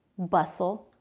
bustle,